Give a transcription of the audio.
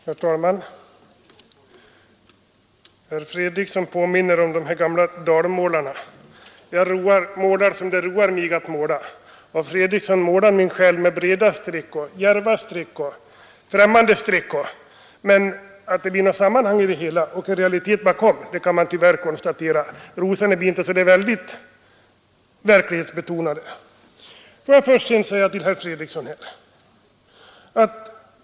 Herr talman! Herr Fredriksson påminner om de gamla dalmålarna som brukade säga: Jag målar som det roar mig att måla. Herr Fredriksson målar minsann med både breda och djärva penseldrag, men tyvärr måste man konstatera att det inte blir något sammanhang i det hela eller någon realitet bakom verket. Rosorna blir inte särskilt verklighetsbetonade.